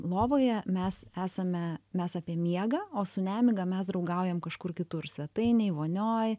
lovoje mes esame mes apie miegą o su nemiga mes draugaujam kažkur kitur svetainėj vonioj